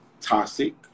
Toxic